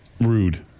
rude